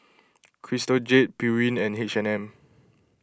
Crystal Jade Pureen and H and M